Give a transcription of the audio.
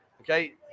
okay